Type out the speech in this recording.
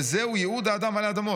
וזהו 'ייעוד האדם עלי אדמות'.